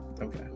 Okay